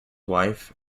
wife